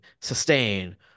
sustain